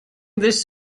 this